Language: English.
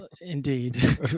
indeed